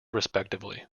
respectively